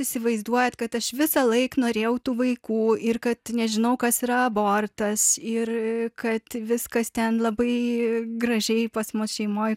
įsivaizduojat kad aš visąlaik norėjau tų vaikų ir kad nežinau kas yra abortas ir kad viskas ten labai gražiai pas mus šeimoj